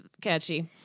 catchy